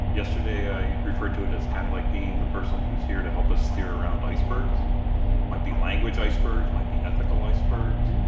yesterday, i referred to it as kind of like being the person who's here to help us steer around icebergs might be language icebergs, might be ethical icebergs,